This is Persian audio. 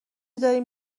داریم